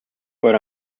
but